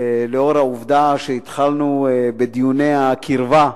לאור העובדה שהתחלנו בדיוני הקרבה,